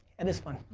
and is fun.